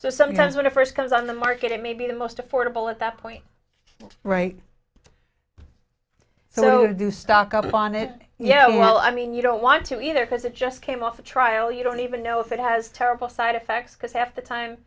so sometimes when it first comes on the market it may be the most affordable at that point right so do stock up on it yeah well i mean you don't want to either because it just came off a trial you don't even know if it has terrible side effects because half the time